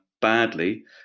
badly